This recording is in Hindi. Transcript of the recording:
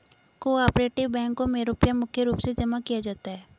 को आपरेटिव बैंकों मे रुपया मुख्य रूप से जमा किया जाता है